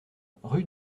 rue